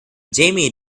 jamie